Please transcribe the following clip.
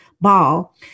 ball